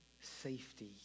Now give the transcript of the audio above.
safety